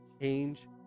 Change